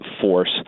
force